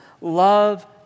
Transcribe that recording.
love